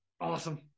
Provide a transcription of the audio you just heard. awesome